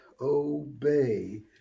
Obey